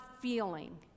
feeling